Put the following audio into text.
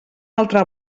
altra